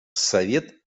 совет